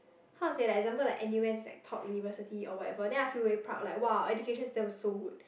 how to say like example like N_U_S is like top university or whatever then I feel very proud like !wow! our education system is so good